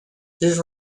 his